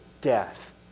death